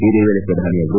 ಇದೇ ವೇಳೆ ಪ್ರಧಾನಿಯವರು